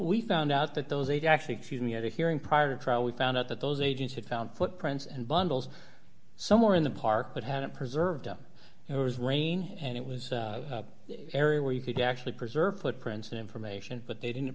we found out that those eight actually excuse me at a hearing prior to trial we found out that those agents had found footprints and bundles somewhere in the park but hadn't preserved them it was raining and it was area where you could actually preserve footprints and information but they didn't